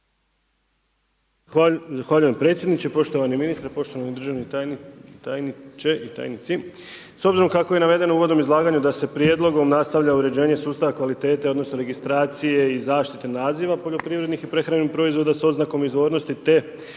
Zahvaljujem predsjedniče, poštovani ministre, poštovani državni tajniče i tajnici. S obzirom kako je navedeno u uvodnom izlaganju da se prijedlogom nastavlja uređenje sustava kvalitete, odnosno registracije i zaštite naziva poljoprivrednih i prehrambenih proizvoda s oznakom izvornosti te oznakom